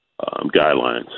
guidelines